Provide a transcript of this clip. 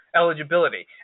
eligibility